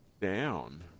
down